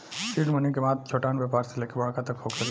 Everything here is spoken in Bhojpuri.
सीड मनी के महत्व छोटहन व्यापार से लेके बड़का तक होखेला